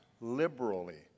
Liberally